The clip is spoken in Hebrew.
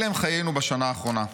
אלה הם חיינו בשנה האחרונה,